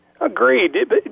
Agreed